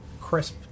crisp